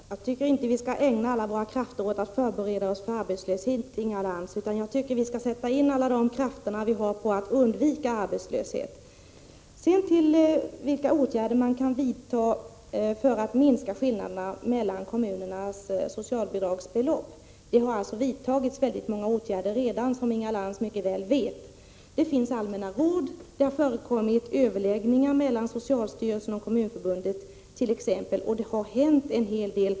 Herr talman! Jag tycker inte att vi skall ägna alla våra krafter åt att förbereda oss för arbetslöshet, Inga Lantz. Jag tycker vi skall sätta in alla krafter på att undvika arbetslöshet. Sedan till vilka åtgärder man kan vidta för att minska skillnaderna mellan kommunernas socialbidragsbelopp. Som Inga Lantz mycket väl vet, har det redan vidtagits många åtgärder. Det finns t.ex. allmänna råd och det har förekommit överläggningar mellan socialstyrelsen och kommunförbundet. Det har alltså hänt en hel del.